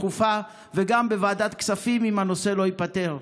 דחופה וגם בוועדת כספים אם הנושא לא ייפתר.